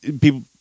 people